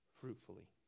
fruitfully